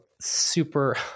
super